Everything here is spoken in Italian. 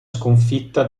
sconfitta